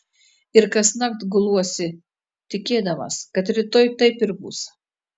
ir kasnakt guluosi tikėdamas kad rytoj taip ir bus